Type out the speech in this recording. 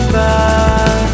back